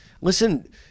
Listen